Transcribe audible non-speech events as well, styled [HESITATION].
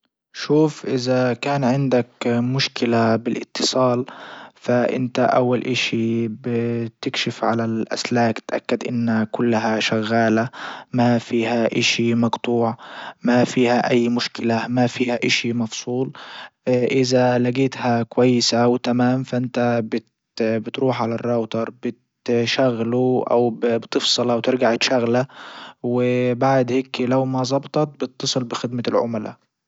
شوف اذا كان عندك مشكلة بالاتصال فانت اول اشي بتكشف على الاسلاك تأكد انها كلها شغالة ما فيها اشي مجطوع ما فيها اي مشكلة ما فيها اشي مفصول [HESITATION] اذا لجيتها كويسة وتمام فانت بتروح على الراوتر بتشغله أو بتفصله وترجع تشغله وبعد هيكي لو ما ظبطت بتتصل بخدمة العملا.